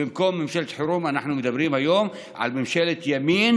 במקום ממשלת חירום אנחנו מדברים היום על ממשלת ימין,